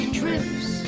trips